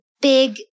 big